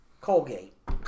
Colgate